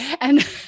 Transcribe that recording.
And-